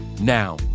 Now